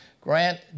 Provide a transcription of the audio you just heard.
Grant